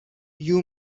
you